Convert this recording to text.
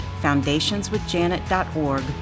foundationswithjanet.org